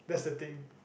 that's the thing